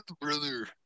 brother